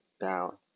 down